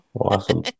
Awesome